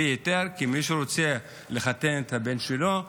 כי מי שרוצה לחתן את הבן שלו,